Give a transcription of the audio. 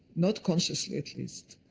not consciously, at least,